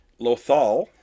Lothal